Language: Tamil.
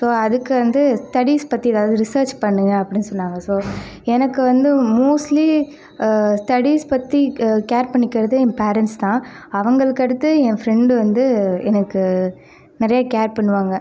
சோ அதுக்கு வந்து ஸ்டெடிஸ் பற்றி ஏதாவது ரிசேர்ச் பண்ணுங்கள் அப்படினு சொன்னாங்கள் சோ எனக்கு வந்து மோஸ்ட்லி ஸ்டெடிஸ் பற்றி கேர் பண்ணிக்கிறது என் பேரன்ட்ஸ் தான் அவங்களுக்கு அடுத்து என் ஃப்ரெண்டு வந்து எனக்கு நிறைய கேர் பண்ணுவாங்கள்